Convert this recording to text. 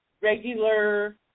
regular